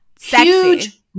huge